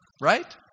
Right